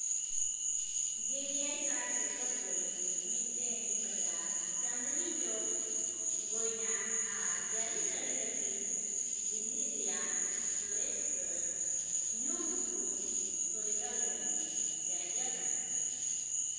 ᱜᱮ ᱮᱭᱟᱭ ᱥᱟᱭ ᱥᱚᱛᱚᱠ ᱨᱮ ᱢᱤᱫᱴᱮᱱ ᱵᱟᱡᱟᱨ ᱪᱟᱸᱫᱱᱤ ᱪᱚᱠ ᱜᱚᱭᱱᱟ ᱟᱨ ᱡᱟᱹᱨᱤ ᱥᱟᱹᱲᱤ ᱞᱟᱹᱜᱤᱫ ᱫᱤᱞᱞᱤ ᱨᱮᱭᱟᱜ ᱥᱚᱨᱮᱥ ᱩᱛᱟᱹᱨ ᱧᱩᱢ ᱩᱯᱨᱩᱢ ᱥᱚᱭᱫᱟ ᱞᱟᱹᱜᱤᱫ ᱡᱟᱭᱜᱟ ᱠᱟᱱᱟ